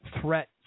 threat